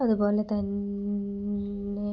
അതുപോലെത്തന്നെ